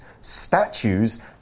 statues